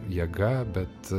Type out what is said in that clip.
jėga bet